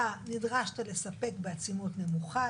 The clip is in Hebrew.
אתה נדרשת לספק בעצימות נמוכה,